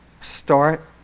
start